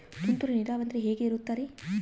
ತುಂತುರು ನೇರಾವರಿ ಅಂದ್ರೆ ಹೆಂಗೆ ಇರುತ್ತರಿ?